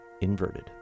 Inverted